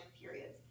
periods